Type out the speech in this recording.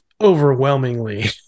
overwhelmingly